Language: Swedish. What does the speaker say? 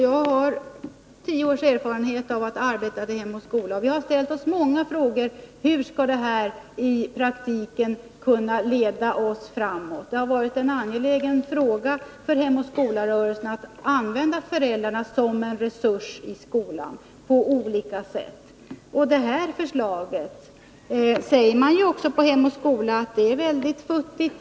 Jag har tio års erfarenhet av att arbeta inom Hem och skola-rörelsen, där många av oss har frågat: Hur skall detta i praktiken kunna leda oss framåt? Det har varit en angelägen fråga för Hem och skola-rörelsen att använda föräldrarna som en resurs i skolan på olika sätt, men man måste konstatera att förslaget är väldigt futtigt.